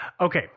Okay